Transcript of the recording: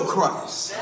Christ